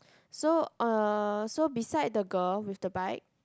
so uh so beside the girl with the bike